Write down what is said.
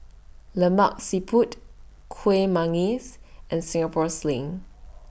Lemak Siput Kuih Manggis and Singapore Sling